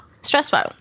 Stressful